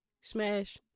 smash